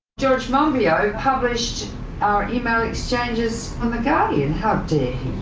geoge monbiot published our email exchanges in the guardian. how dare he?